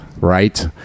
right